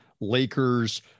Lakers